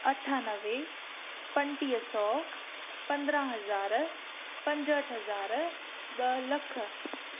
अठानवे पंटीह सौ पंद्रहां हज़ार पंजहठि हज़ार ॿ लखि